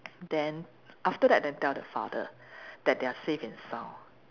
then after that then tell the father that they are safe and sound